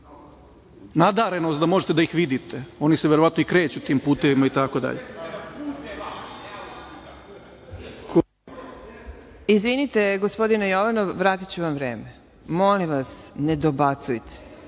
nadarenost da možete da ih vidite. Oni se verovatno i kreću tim putevima itd. **Marina Raguš** Izvinite, gospodine Jovanov, vratiću vam vreme. Molim vas, ne dobacujte.